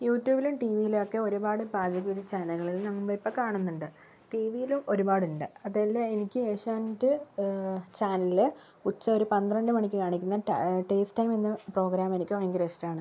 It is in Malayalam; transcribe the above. യൂടൃൂബിലും ടിവിയിലും ഒക്കെ ഒരുപാട് പാചകവിധി ചാനലുകള് നമ്മള് ഇപ്പോള് കാണുന്നുണ്ട് ടിവിയിലും ഒരുപാടുണ്ട് അതെല്ലാ എനിക്ക് ഏഷ്യാനെറ്റ് ചാനലിലെ ഉച്ച ഒരു പന്ത്രണ്ടു മണിക്ക് കാണിക്കുന്ന ടാ ടേസ്റ്റ് ടൈം എന്ന പ്രോഗ്രാം എനിക്ക് ഭയങ്കര ഇഷ്ടമാണ്